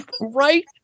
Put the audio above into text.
Right